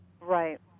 right